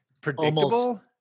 predictable